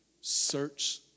search